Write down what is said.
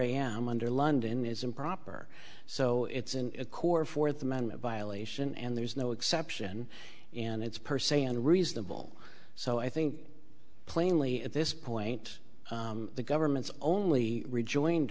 am under london is improper so it's in accord fourth amendment violation and there's no exception and it's per se unreasonable so i think plainly at this point the government's only rejoin